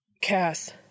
Cass